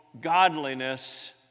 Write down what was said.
godliness